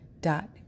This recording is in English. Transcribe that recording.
dot